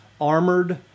Armored